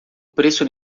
preço